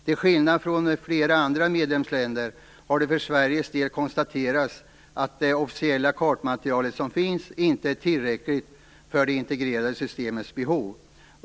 Till skillnad från flera andra medlemsländer har det för Sveriges del konstaterats att det officiella kartmaterial som finns inte är tillräckligt för det integrerade systemets behov.